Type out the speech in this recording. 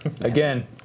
Again